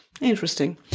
interesting